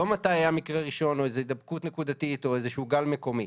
לא מתי היה מקרה ראשון או איזה הידבקות נקודתית או איזה גל מקומי,